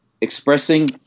expressing